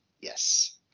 Yes